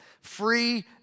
free